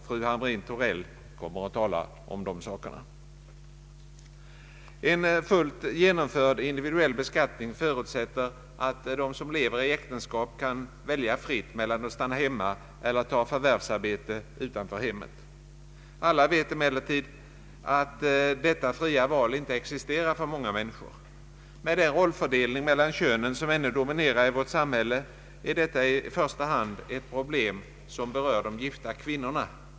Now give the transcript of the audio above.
Fru Hamrin-Thorell kommer att tala om de sakerna. En fullt genomförd individuell beskattning förutsätter att de som lever i äktenskap kan välja fritt mellan att stanna hemma och att ta förvärvsarbete utanför hemmet. Alla vet emellertid att detta fria val för många människor inte existerar. Med den rollfördelning mellan könen som ännu dominerar i vårt samhälle är detta ett problem som i första hand berör de gifta kvinnorna.